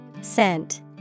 Scent